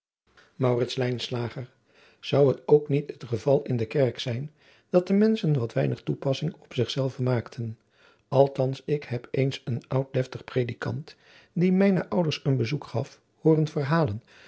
zou het ook niet het geval in de kerk zijn dat de menschen wat weinig toepassing op zich zelve maakten althans ik heb adriaan loosjes pzn het leven van maurits lijnslager eens een oud deftig predikant die mijne ouders een bezoek gaf hooren verhalen